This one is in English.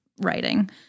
writing